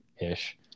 ish